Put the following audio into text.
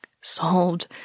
solved